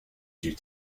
due